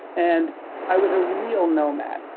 and i was a real nomad.